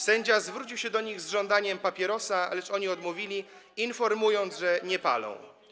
Sędzia zwrócił się do nich z żądaniem papierosa, lecz oni odmówili, informując, że nie palą.